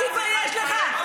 תתבייש לך.